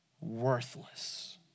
worthless